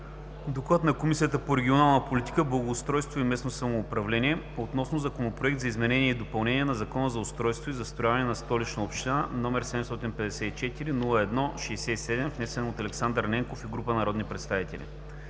2017 г., Комисията по регионална политика, благоустройство и местно самоуправление обсъди Законопроект за изменение и допълнение на Закона за устройството и застрояването на Столичната община, № 754-01-67, внесен от Александър Ненков и група народни представители